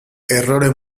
errore